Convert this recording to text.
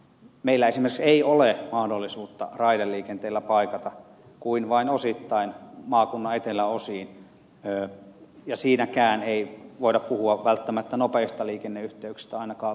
meillä esimerkiksi ei ole mahdollisuutta raideliikenteellä paikata kuin vain osittain maakunnan eteläosiin ja siinäkään ei voida puhua välttämättä nopeista liikenneyhteyksistä ainakaan vielä